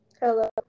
hello